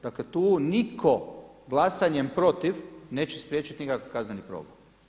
Dakle, tu nitko glasanjem protiv neće spriječiti nikakvi kazneni progon.